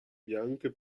bianche